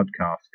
podcast